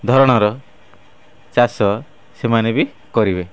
ଧରଣର ଚାଷ ସେମାନେ ବି କରିବେ